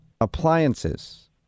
appliances